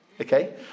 Okay